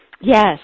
Yes